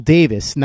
Davis